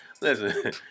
Listen